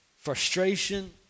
frustration